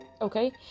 okay